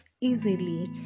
easily